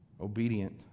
Obedient